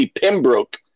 Pembroke